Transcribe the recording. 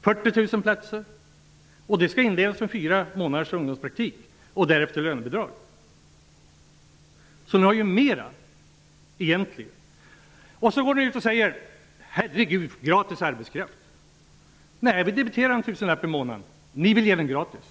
40 000 platser i ungdomsintroduktion. Detta skall inledas med fyra månaders ungdomspraktik och därefter anställning med lönebidrag. Det är alltså egentligen mer än vad regeringen föreslår. Sedan går ni ut och säger: Herre Gud, ni ger ju gratis arbetskraft! Men så är det inte. Det är ni som vill ge den gratis.